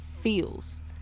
feels